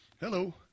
Hello